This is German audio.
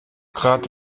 grad